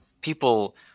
people